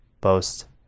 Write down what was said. boast